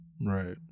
Right